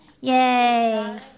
Yay